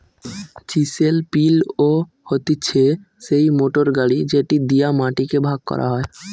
chisel পিলও হতিছে সেই মোটর গাড়ি যেটি দিয়া মাটি কে ভাগ করা হয়